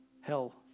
hell